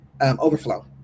overflow